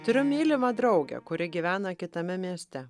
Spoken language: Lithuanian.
turiu mylimą draugę kuri gyvena kitame mieste